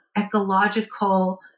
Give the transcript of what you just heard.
ecological